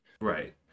Right